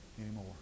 anymore